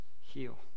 heal